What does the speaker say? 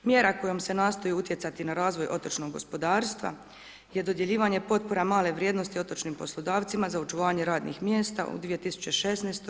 Mjera kojom se nastoji utjecati na razvoj otočnog gospodarstva je dodjeljivanje potpora male vrijednosti otočnim poslodavcima za očuvanje radnih mjesta u 2016.